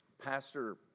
Pastor